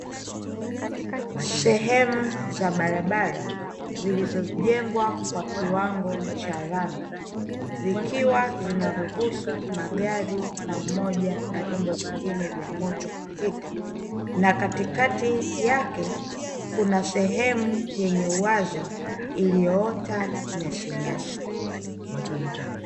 Sehemu za barabara zilizojengwa kwa kiwango cha rami zikiwa zinaruhusu magari pamoja na vyombo vingine vya moto kupita, na katikati yake kuna sehemu yenye uwazi iliyoota nyasinyasi .